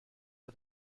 for